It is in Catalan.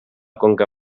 conca